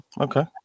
Okay